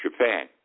Japan